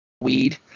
weed